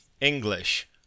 English